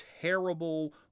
terrible